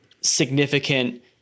significant